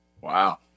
Wow